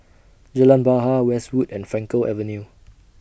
Jalan Bahar Westwood and Frankel Avenue